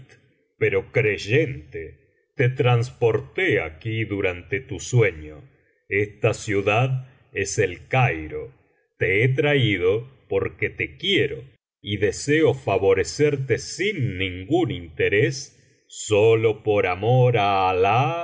pero creyente te transporté aquí durante tu sueño esta ciudad es el cairo te he traído porque te quiero y deseo favorecerte sin ningún interés sólo por amor á alah